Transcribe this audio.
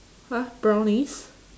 !huh! brownies